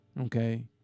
Okay